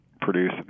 produce